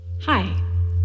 Hi